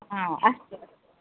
हा अस्तु